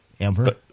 Amber